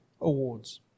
awards